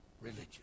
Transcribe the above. religion